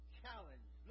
challenge